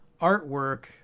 artwork